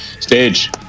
Stage